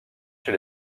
chez